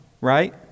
right